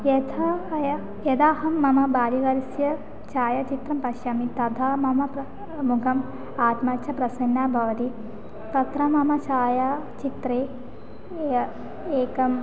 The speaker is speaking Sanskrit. यथा यदा अहं मम बाल्यकालस्य छायाचित्रं पश्यामि तदा मम मुखम् आत्मा च प्रसन्ना भवति तत्र मम छाया चित्रे एकम्